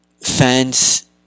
fans